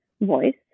voice